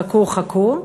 חכו חכו,